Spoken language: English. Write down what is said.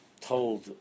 told